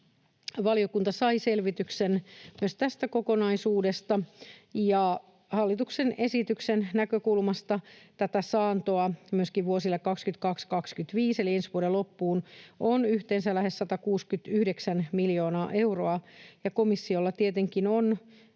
valiokunta sai selvityksen myös tästä kokonaisuudesta. Hallituksen esityksen näkökulmasta tätä saantoa myöskin vuosille 22—25 eli ensi vuoden loppuun on yhteensä lähes 169 miljoonaa euroa. Komissiolla tietenkin on